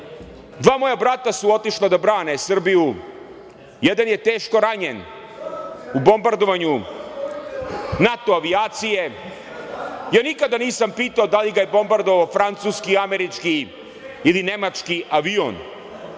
dva moja brata su otišla da brane Srbiju. Jedan je teško ranjen u bombardovanju NATO avijacije, ja nikada nisam pitao da li ga je bombardovao francuski, američki ili nemački avion